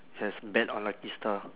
yes bet on lucky star